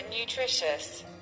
nutritious